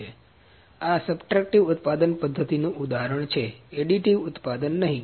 તેથી આ સબટ્રેક્ટિવ ઉત્પાદન પદ્ધતિ નું ઉદાહરણ છે એડિટિવ ઉત્પાદન નહીં